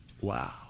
Wow